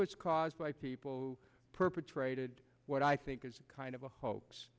was caused by people who perpetrated what i think is kind of a hoax